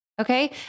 Okay